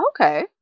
Okay